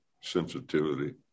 sensitivity